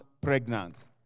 pregnant